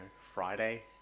Friday